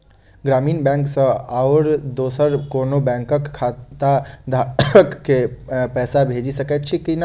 ग्रामीण बैंक सँ आओर दोसर कोनो बैंकक खाताधारक केँ पैसा भेजि सकैत छी की नै?